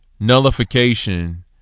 Nullification